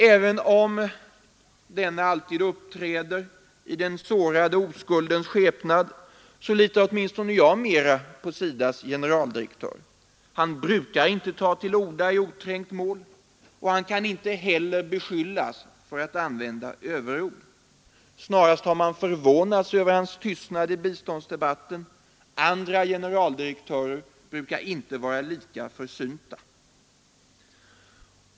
Även om denna alltid uppträder i den sårade oskuldens skepnad så litar jag nog mera på SIDA :s generaldirektör. Han brukar inte ta till orda i oträngt mål, och han kan inte heller beskyllas för att använda överord. Snarast har man förvånats över hans tystnad i biståndsdebatten; andra generaldirektörer brukar inte vara lika försynta.